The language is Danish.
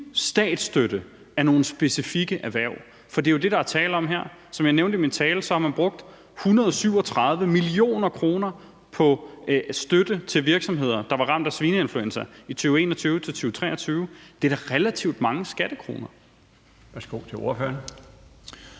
statsstøtte af nogle specifikke erhverv, for det er jo det, der er tale om her. Som jeg nævnte i min tale, har man brugt 137 mio. kr. på støtte til virksomheder, der var ramt af svineinfluenza i 2021-2023. Det er da relativt mange skattekroner. Kl. 21:15 Den